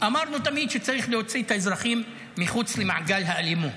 אמרנו תמיד שצריך להוציא את האזרחים מחוץ למעגל האלימות,